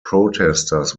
protesters